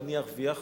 ואני ארוויח,